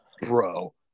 bro